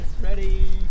ready